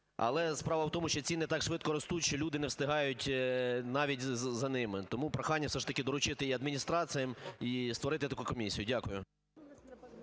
Але справа в тому, що ціни так швидко ростуть, що люди не встигають навіть за ними. Тому прохання все ж таки доручити і адміністраціям, і створити таку комісію. Дякую.